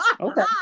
Okay